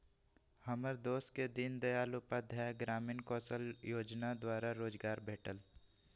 हमर दोस के दीनदयाल उपाध्याय ग्रामीण कौशल जोजना द्वारा रोजगार भेटल